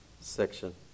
section